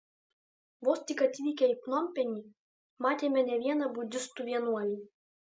vos tik atvykę į pnompenį matėme ne vieną budistų vienuolį